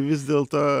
vis dėlto